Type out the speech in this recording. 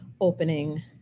opening